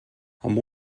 amb